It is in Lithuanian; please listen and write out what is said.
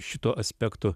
šituo aspektu